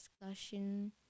discussion